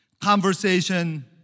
conversation